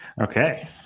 okay